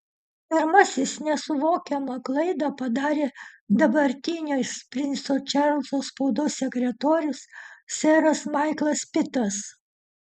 pirmasis nesuvokiamą klaidą padarė dabartinis princo čarlzo spaudos sekretorius seras maiklas pitas